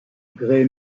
gray